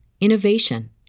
innovation